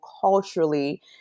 culturally